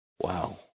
Wow